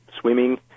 swimming